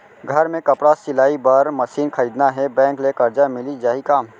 घर मे कपड़ा सिलाई बार मशीन खरीदना हे बैंक ले करजा मिलिस जाही का?